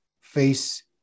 face